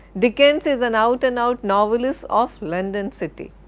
dickens is and out and out novelist of london city,